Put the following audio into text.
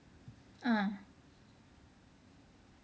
ah